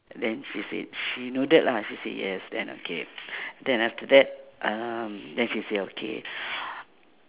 then she said she nodded lah she said yes then okay then after that um then she say okay